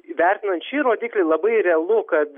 įvertinant šį rodiklį labai realu kad